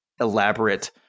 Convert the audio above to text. elaborate